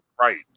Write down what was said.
right